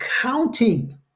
counting